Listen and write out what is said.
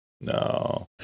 No